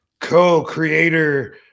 co-creator